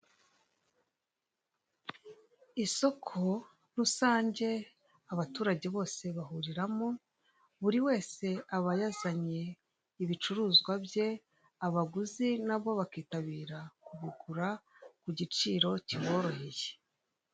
Isoko rusange abaturage bose bahuriramo, buri wese aba yazanye ibicuruzwa bitandukanye, abaguzi na bo bakitabira kugura kugiciro kiboroheye.